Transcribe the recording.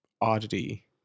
oddity